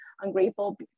ungrateful